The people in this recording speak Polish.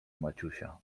maciusia